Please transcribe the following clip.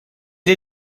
née